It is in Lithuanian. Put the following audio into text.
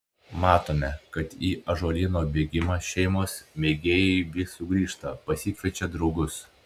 matome kad į ąžuolyno bėgimą šeimos mėgėjai vis sugrįžta pasikviečia draugus